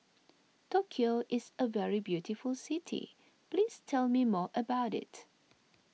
Tokyo is a very beautiful city please tell me more about it